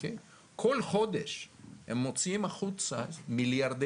כל חודש הם מוציאים החוצה מיליארדי